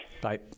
Bye